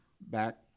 back